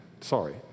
Sorry